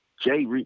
Jay